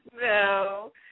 No